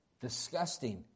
Disgusting